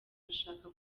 ashaka